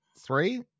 three